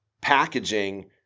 packaging